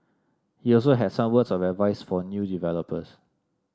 he also had some words of advice for new developers